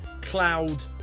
Cloud